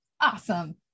Awesome